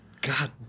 God